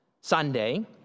Sunday